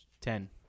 Ten